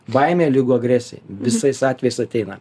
baimė lygu agresijai visais atvejais ateina